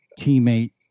teammate